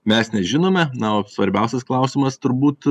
mes nežinome na o svarbiausias klausimas turbūt